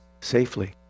safely